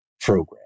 program